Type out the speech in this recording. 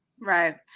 Right